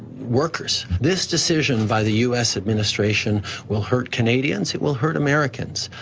workers. this decision by the u s. administration will hurt canadians, it will hurt americans,